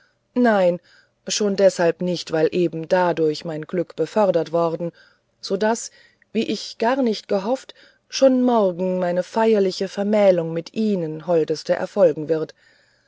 nein schon deshalb nicht weil eben dadurch mein glück befördert worden so daß wie ich gar nicht gehofft schon morgen meine feierliche vermählung mit ihnen holdeste erfolgen wird